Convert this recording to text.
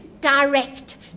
direct